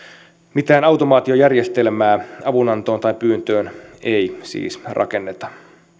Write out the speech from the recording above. mitään automaatiojärjestelmää avunantoon tai pyyntöön ei siis rakenneta